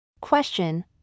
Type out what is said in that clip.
Question